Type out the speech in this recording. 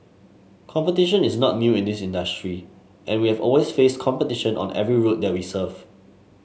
competition is not new in this industry and we have always faced competition on every route that we serve